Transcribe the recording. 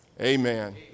Amen